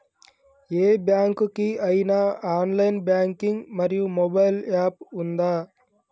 ఏ bank కి ఐనా online banking మరియు మొబైల్ యాప్ ఉందా?